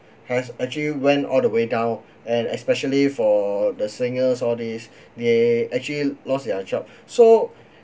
has actually went all the way down and especially for the singers all this they actually lost their job so